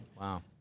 Wow